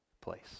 place